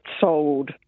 sold